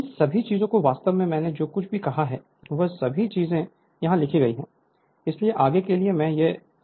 इन सभी चीजों को वास्तव में मैंने जो कुछ भी कहा है वह सभी चीजें यहां लिखी गई हैं इसलिए आगे के लिए मैं यह समझा रहा हूं